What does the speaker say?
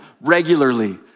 regularly